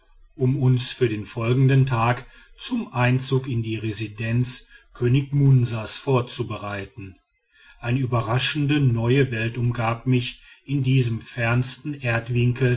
um uns für den folgenden tag zum einzug in die residenz könig munsas vorzubereiten eine überraschend neue welt umgab mich in diesem fernsten